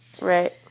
Right